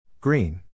Green